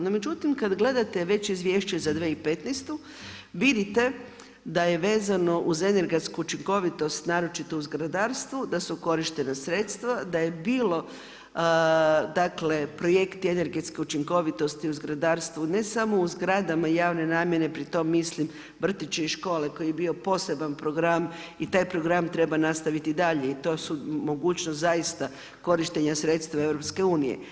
No međutim kada gledate već izvješće za 2015. vidite da je vezano uz energetsku učinkovitost naročito u zgradarstvu da su korištena sredstva, da je bilo dakle projekti energetske učinkovitosti u zgradarstvu, ne samo u zgradama javne namjene, pri tome mislim vrtići i škole koji je bio poseban program i taj program treba nastaviti i dalje i to su mogućnost zaista korištenja sredstva EU.